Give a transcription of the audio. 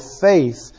faith